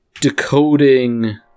decoding